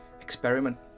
experiment